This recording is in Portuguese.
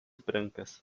brancas